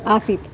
आसीत्